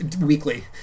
weekly